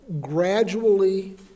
gradually